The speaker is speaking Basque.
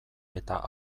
eta